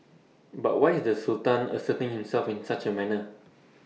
but why is the Sultan asserting himself in such A manner